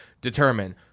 determine